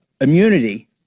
immunity